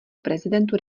prezidentu